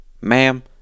Ma'am